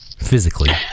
Physically